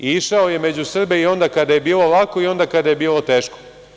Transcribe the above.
Išao je među Srbe i onda kada je bilo lako i onda kada je bilo teško.